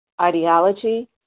ideology